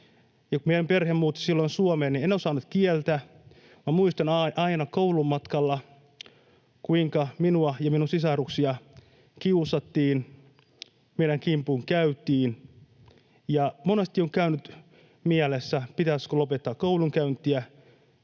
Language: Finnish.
meidän perhe muutti Suomeen, niin en osannut silloin kieltä — minä muistan aina, kuinka koulumatkalla minua ja minun sisaruksiani kiusattiin, meidän kimppuumme käytiin. Monesti kävi mielessä, pitäisikö lopettaa koulunkäynti